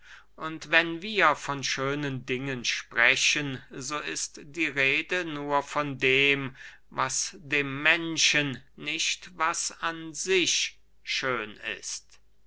und wenn wir von schönen dingen sprechen so ist die rede nur von dem was dem menschen nicht was an sich schön ist